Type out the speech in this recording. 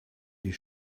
die